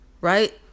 right